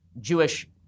Jewish